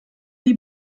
die